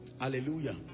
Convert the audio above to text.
Hallelujah